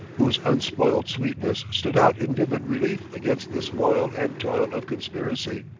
whose unspoiled sweetness stood out in vivid relief against this moil and toil of conspiracy,